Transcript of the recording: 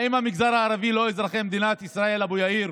האם המגזר הערבי לא אזרחי מדינת ישראל, אבו יאיר?